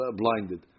blinded